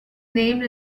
named